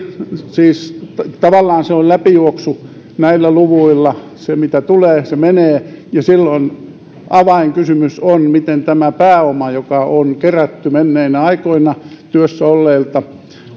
siis tavallaan läpijuoksu näillä luvuilla se mitä tulee menee ja silloin avainkysymys on miten tämä pääoma joka on kerätty menneinä aikoina työssä olleilta